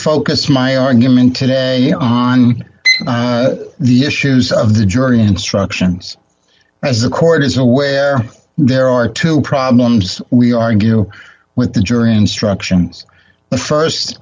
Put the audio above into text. focus my argument today on the issues of the jury instructions as the court is aware there are two problems we argue with the jury instructions the